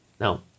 Now